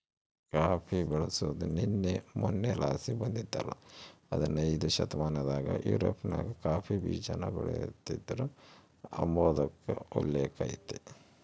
coffee ಬೆಳ್ಸಾದು ನಿನ್ನೆ ಮನ್ನೆಲಾಸಿ ಬಂದಿದ್ದಲ್ಲ ಹದನೈದ್ನೆ ಶತಮಾನದಾಗ ಯುರೋಪ್ನಾಗ ಕಾಫಿ ಬೀಜಾನ ಬೆಳಿತೀದ್ರು ಅಂಬಾದ್ಕ ಉಲ್ಲೇಕ ಐತೆ